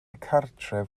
cartref